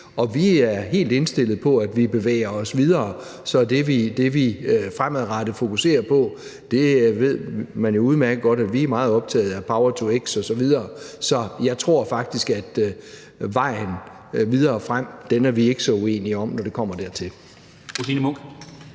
og vi er helt indstillet på, at vi bevæger os videre. Så det, vi fremadrettet fokuserer på – det ved man jo udmærket godt at vi er meget optaget af – er power-to-x osv. Så jeg tror faktisk, at vejen videre frem er vi ikke så uenige om, når det kommer dertil.